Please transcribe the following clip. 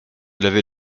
laver